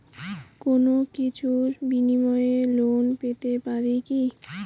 কোনো কিছুর বিনিময়ে লোন পেতে পারি কি?